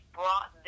brought